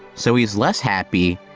so he's less happy,